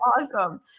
awesome